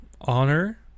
honor